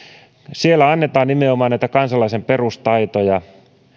siellä annetaan nimenomaan näitä kansalaisen perustaitoja